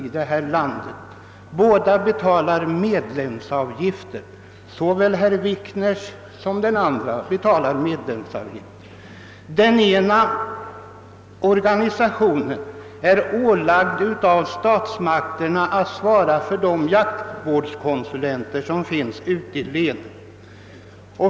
Båda — såväl den som herr Wikner företräder som den andra — tar ut medlemsavgifter. Den ena organisationen har av statsmakterna ålagts att svara för de jaktvårdskonsulenter som finns.